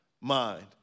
mind